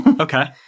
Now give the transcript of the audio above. Okay